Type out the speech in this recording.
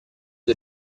due